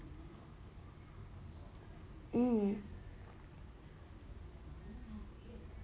hmm